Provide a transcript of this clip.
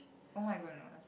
oh-my-goodness